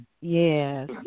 Yes